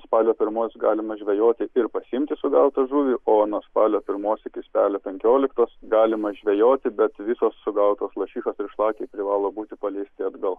spalio pirmos galima žvejoti ir pasiimti sugautą žuvį o nuo spalio pirmos iki spalio penkioliktos galima žvejoti bet visos sugautos lašišos ir šlakiai privalo būti paleisti atgal